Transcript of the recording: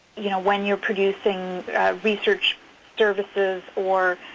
you know when you're producing research services or